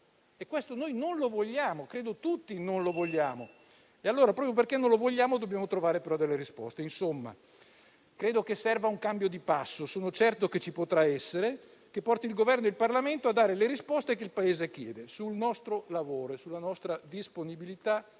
golfo di San Marco e credo che questo non lo vogliamo. Allora, proprio perché non lo vogliamo, dobbiamo però trovare però delle risposte. Insomma, serve un cambio di passo, che sono certo che ci potrà essere, che porti il Governo e il Parlamento a dare le risposte che il Paese chiede. Sul nostro lavoro e sulla nostra disponibilità